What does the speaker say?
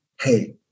hey